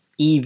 EV